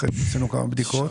אחרי שעשינו כמה בדיקות.